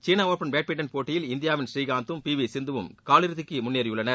சீன open badminton போட்டியில் இந்தியாவின் ஸ்ரீகாந்தும் பி வி சிந்துவும் கால் இறுதிக்கு முன்னேறியுள்ளனர்